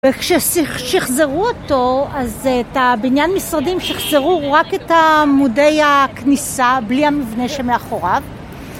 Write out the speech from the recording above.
וכששחזרו אותו, אז את הבניין משרדים שחזרו רק את העמודי הכניסה, בלי המבנה שמאחוריו